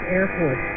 Airport